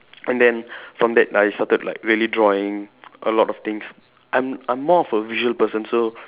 and then from that I started like really drawing a lot of things I'm I'm more of a visual person so